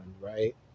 Right